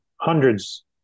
hundreds